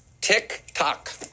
tick-tock